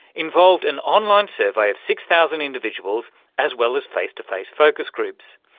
involved an online survey of six thousand individuals as well as face-to-face focus groups.